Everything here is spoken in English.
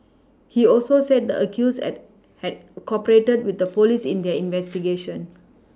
he also said the accused add had cooperated with police in their investigation